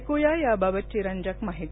ऐक्या यावाबतची रंजक माहिती